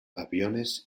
aviones